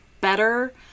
better